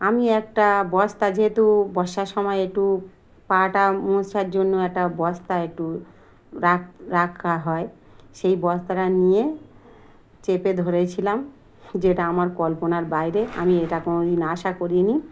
আমি একটা বস্তা যেহেতু বর্ষার সময় একটু পাটা মোছার জন্য একটা বস্তা একটু রাখ রাখা হয় সেই বস্তাটা নিয়ে চেপে ধরেছিলাম যেটা আমার কল্পনার বাইরে আমি এটা কোনো দিন আশা করিনি